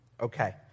Okay